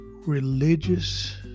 religious